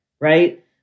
right